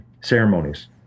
ceremonies